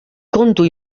kontu